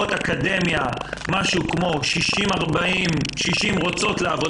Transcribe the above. שבקרב חרדיות בוגרות אקדמיה כ-60% רוצות לעבוד